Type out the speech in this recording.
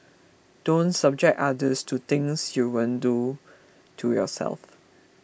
don't subject others to things you won't do to yourself